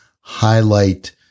highlight